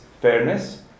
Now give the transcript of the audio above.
fairness